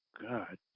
God